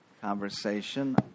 Conversation